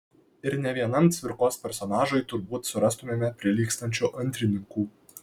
ir ne vienam cvirkos personažui turbūt surastumėme prilygstančių antrininkų